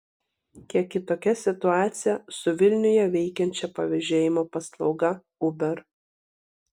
kiek kitokia situacija su vilniuje veikiančia pavežėjimo paslauga uber